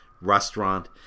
restaurant